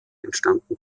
entstanden